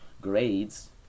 grades